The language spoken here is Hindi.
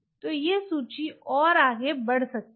तो यह सूची और आगे बढ़ सकती है